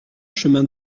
chemin